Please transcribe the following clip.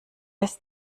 ist